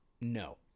no